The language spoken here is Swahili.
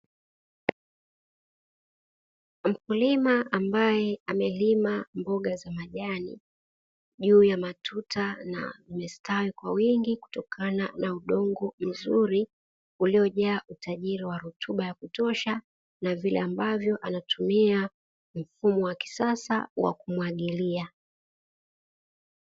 Mkulima ambaye amelima mboga za majani juu ya matuta na imestawi kwa wingi, kutokana na dongo mzuri uliojaa utajiri wa rutuba ya kutosha na vile ambavyo anatumia mfumo wa kisasa wa kumwagilia.